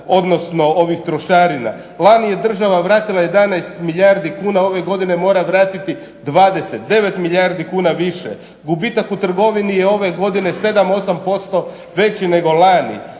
odnosno ovih trošarina. Lani je država vratila 11 milijardi kuna, ove godine mora vratiti 20., 9 milijardi kuna više. Gubitak u trgovini je ove godine 7, 8% veći nego lani.